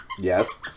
Yes